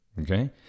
Okay